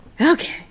okay